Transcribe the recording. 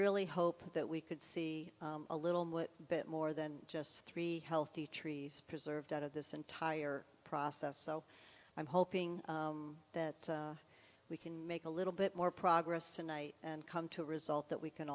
really hope that we could see a little bit more than just three healthy trees preserved out of this entire process so i'm hoping that we can make a little bit more progress tonight and come to a result that we can